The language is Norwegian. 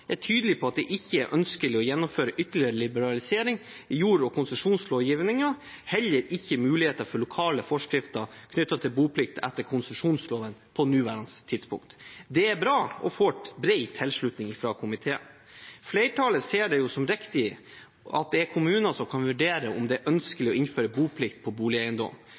er tydelig på at det ikke er ønskelig å gjennomføre ytterligere liberalisering i jord- og konsesjonslovgivningen, heller ikke muligheter for lokale forskrifter knyttet til boplikt etter konsesjonsloven på nåværende tidspunkt. Det er bra og får bred tilslutning fra komiteen. Flertallet ser det som riktig at det er kommunene som kan vurdere om det er ønskelig å innføre boplikt på boligeiendom.